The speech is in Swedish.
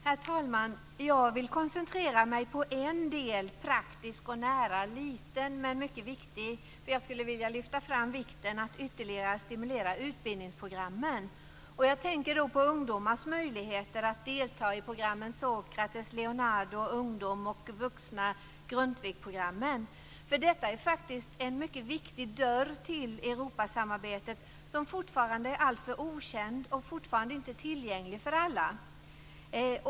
Herr talman! Jag vill koncentrera mig på en del. Den är praktisk och nära, liten men mycket viktigt. Jag skulle nämligen vilja lyfta fram vikten av att ytterligare stimulera utbildningsprogrammen. Jag tänker då på ungdomars möjligheter att delta i programmen Sokrates, Leonardo och Ungdom och på vuxnas möjlighet i Grundtvig-programmen. Detta är faktiskt en mycket viktig dörr till Europasamarbetet som fortfarande är alltför okänd och som fortfarande inte är tillgänglig för alla.